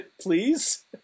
please